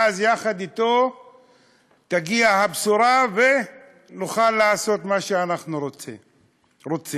ואז יחד אתו תגיע הבשורה ונוכל לעשות מה שאנחנו רוצים.